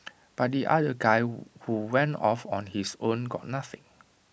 but the other guy who went off on his own got nothing